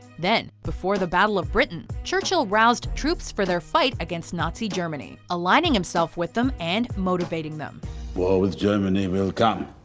then, before the battle of britain churchill roused troops for their fight against nazi germany, alligning himsef with them and motivating them. war with germany will come,